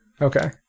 Okay